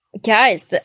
Guys